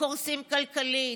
הקורסים כלכלית,